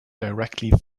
directly